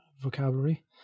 vocabulary